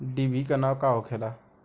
डिभी के नाव का होखेला?